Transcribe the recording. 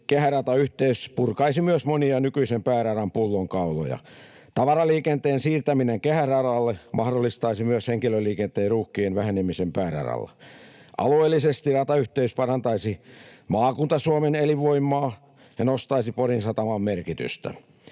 kehäratayhteys purkaisi myös monia nykyisen pääradan pullonkauloja. Tavaraliikenteen siirtäminen kehäradalle mahdollistaisi myös henkilöliikenteen ruuhkien vähenemisen pääradalla. Alueellisesti ratayhteys parantaisi Maakunta-Suomen elinvoimaa ja nostaisi Porin sataman merkitystä.